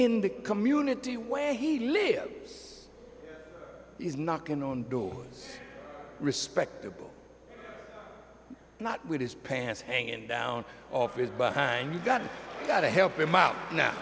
in the community where he'd live is knocking on doors respectable not with his pants hanging down office behind you got got to help him out now